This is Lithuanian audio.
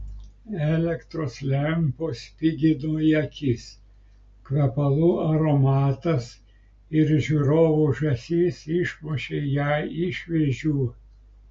elektros lempos spigino į akis kvepalų aromatas ir žiūrovų ūžesys išmušė ją iš vėžių